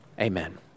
amen